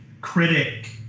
critic